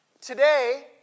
Today